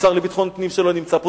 השר לביטחון פנים, שלא נמצא פה.